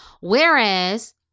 Whereas